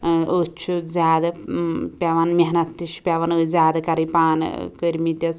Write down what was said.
ٲں أتھۍ چھُ زیادٕ پیٚوان محنت تہِ چھِ پیٚوان أتھۍ زیادٕ کَرٕنۍ پانہٕ کٔرمِتِس